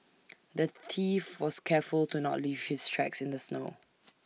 the thief was careful to not leave his tracks in the snow